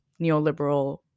neoliberal